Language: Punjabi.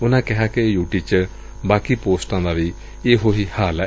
ਉਨੂਾਂ ਕਿਹਾ ਕਿ ਯੂ ਟੀ ਚ ਬਾਕੀ ਪੋਸਟਾਂ ਦੀ ਵੀ ਇਹੋ ਹੀ ਹਾਲਤ ਏ